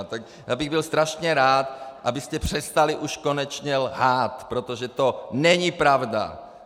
Tak já bych byl strašně rád, abyste přestali už konečně lhát, protože to není pravda!